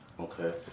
Okay